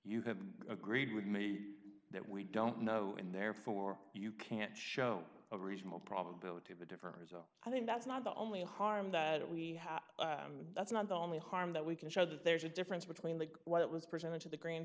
you have agreed with me that we don't know and therefore you can't show a reasonable probability of a different result i think that's not the only harm that we have that's not the only harm that we can show that there's a difference between like what was presented to the grand